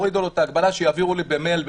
שיורידו לו את ההגבלה ויעבירו לי במייל.